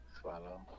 Swallow